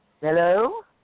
Hello